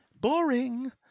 boring